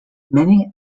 many